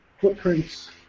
footprints